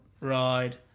ride